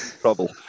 Trouble